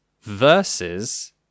versus